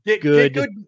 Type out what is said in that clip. Good